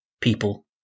people